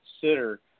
consider